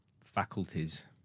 faculties